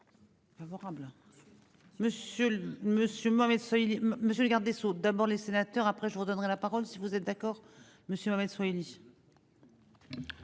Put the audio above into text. le garde des Sceaux d'abord les sénateurs après je vous redonnerai la parole si vous êtes d'accord monsieur